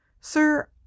Sir